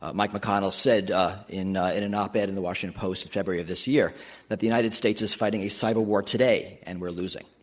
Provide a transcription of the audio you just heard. ah mike mcconnell said ah in in an op-ed in the washington post in february of this year that the united states is fighting a cyber war today and we're losing.